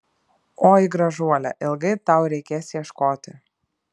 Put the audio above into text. oi gražuole ilgai tau reikės ieškoti